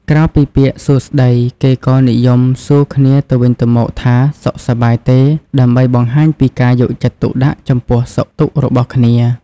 ក្រៅពីពាក្យ “សួស្ដី” គេក៏និយមសួរគ្នាទៅវិញទៅមកថា “សុខសប្បាយទេ?” ដើម្បីបង្ហាញពីការយកចិត្តទុកដាក់ចំពោះសុខទុក្ខរបស់គ្នា។